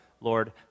Lord